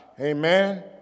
Amen